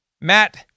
Matt